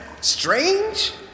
strange